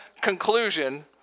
conclusion